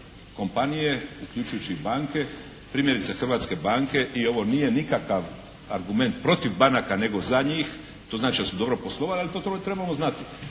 kompanije, uključujući i banke. Primjerice hrvatske banke, i ovo nije nikakav argument protiv banaka, nego za njih, to znači da su dobro poslovale, ali to trebamo znati,